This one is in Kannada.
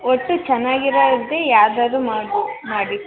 ಒಟ್ಟು ಚೆನ್ನಾಗಿರೋದೆ ಯಾವ್ದಾದ್ರೂ ಮಾಡ್ ಮಾಡಿ